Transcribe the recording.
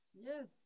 Yes